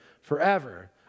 forever